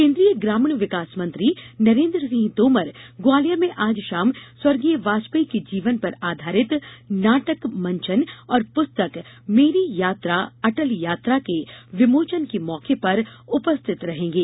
केन्द्रीय ग्रामीण विकास मंत्री नरेन्द्र सिंह तोमर ग्वालियर में आज शाम स्वर्गीय वाजपेयी के जीवन पर आधारित नाटक मंचन और पुस्तक मेरी यात्रा अटल यात्रा के विमोचन के मौके पर उपस्थित रहेंगे